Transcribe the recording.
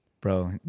Bro